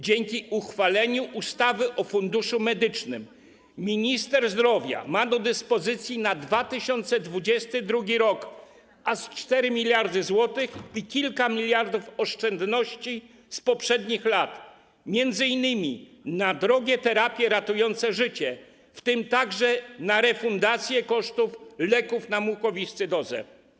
Dzięki uchwaleniu ustawy o Funduszu Medycznym minister zdrowia ma do dyspozycji na 2022 r. aż 4 mld zł i kilka miliardów oszczędności z poprzednich lat, m.in. na drogie terapie ratujące życie, w tym także na refundację kosztów leków na mukowiscydozę.